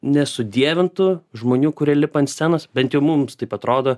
nesudievintų žmonių kurie lipa ant scenos bent jau mums taip atrodo